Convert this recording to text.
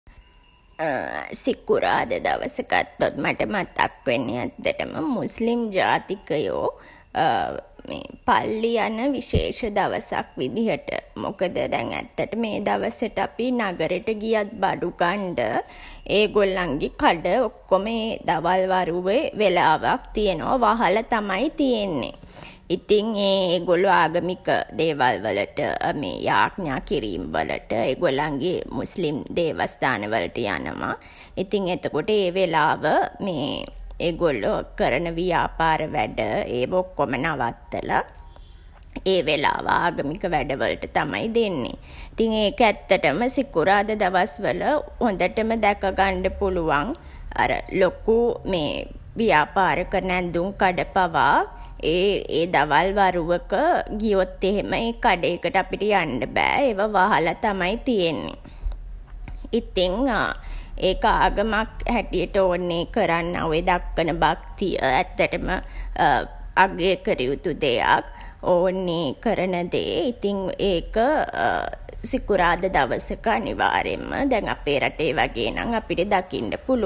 සිකුරාදා දවස ගත්තොත් මට මතක් වෙන්නේ ඇත්තටම මුස්ලිම් ජාතිකයෝ පල්ලි යන විශේෂ දවසක් විදිහට. මොකද දැන් ඇත්තටම ඒ දවසට අපි නගරෙට ගියත් බඩු ගන්ඩ ඒගොල්ලන්ගේ කඩ ඔක්කොම දවල් වරුවෙ වෙලාවක් තියෙනවා වහලා තමයි තියෙන්නේ. ඉතින් ඒ ඒගොල්ලෝ ආගමික දේවල් වලට යාච්ඤා කිරීම් වලට ඒගොල්ලන්ගේ මුස්ලිම් දේවස්ථාන වලට යනවා. ඉතින් එතකොට ඒ වෙලාව ඒගොල්ලෝ කරන ව්‍යාපාර වැඩ, ඒවා ඔක්කොම නවත්තලා ඒ වෙලාව ආගමික වැඩ වලට තමයි දෙන්නෙ. ඉතින් ඒක ඇත්තටම සිකුරාදා දවස්වල හොඳටම දැකගන්න පුළුවන් අර ලොකු ව්‍යාපාර කරන ඇඳුම් කඩ පවා ඒ දවල් වරුවක ගියොත් එහෙම ඒ කඩේකට අපිට යන්ඩ බෑ ඒවා වහලා තමයි තියෙන්නේ. ඉතින් ඒක ආගමක් හැටියට ඔවුන් ඒ කරන්නා වූ, දක්වන භක්තිය ඇත්තටම අගය කළ යුතු දෙයක්. ඔවුන් ඒ කරන දේ. ඉතින් ඒක සිකුරාදා දවසක අනිවාර්යෙන්ම දැන් අපේ රටේ වගේ නම් අපිට දකින්ඩ පුළුවන්.